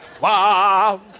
Wow